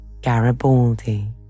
Garibaldi